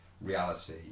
reality